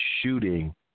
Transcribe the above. shooting